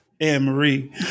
Anne-Marie